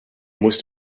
musst